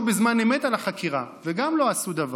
בזמן אמת על החקירה וגם לא עשו דבר.